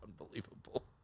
unbelievable